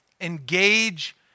Engage